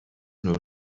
nur